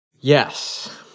Yes